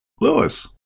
Lewis